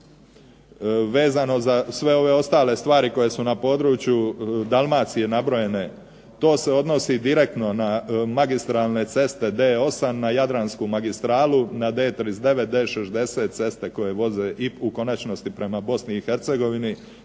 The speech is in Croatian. Vezano za sve ove ostale stvari koje su na području Dalmacije nabrojene, to se odnosi direktno na magistralne ceste D8, na jadransku magistralu, na D39, D60, ceste koje voze i u konačnosti prema Bosni i Hercegovini,